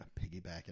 piggybacking